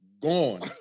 Gone